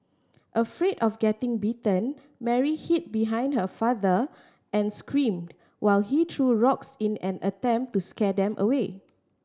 afraid of getting bitten Mary hid behind her father and screamed while he threw rocks in an attempt to scare them away